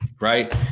Right